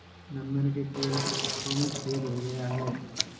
नंदन के पेड़ के पत्तों में छेद हो गया है